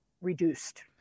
reduced